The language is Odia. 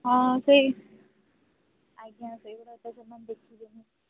ହଁ ସେଇ ଆଜ୍ଞା ସେଇଗୁଡ଼ାକ ସେମାନେ ଦେଖିବେନି